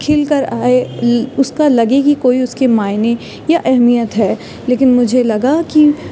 کھل کر آئے اس کا لگے کہ کوئی اس کے معنے یا اہمیت ہے لیکن مجھے لگا کہ